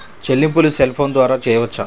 చెల్లింపులు cell phone ద్వారా చేయవచ్చా?